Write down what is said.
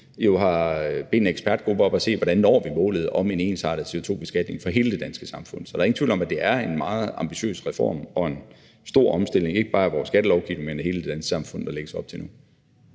nu har bedt en ekspertgruppe om at se på, hvordan vi når målet om en ensartet CO2-beskatning for hele det danske samfund. Så der er ingen tvivl om, at det er en meget ambitiøs reform og en stor omstilling af ikke bare vores skattelovgivning, men af hele det danske samfund, der nu lægges op til.